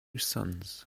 sons